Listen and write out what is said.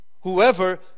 whoever